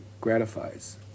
gratifies